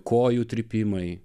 kojų trypimai